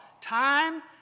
time